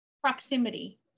Proximity